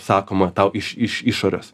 sakoma tau iš iš išorės